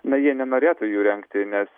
na jie nenorėtų jų rengti nes